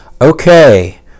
Okay